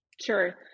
Sure